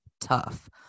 tough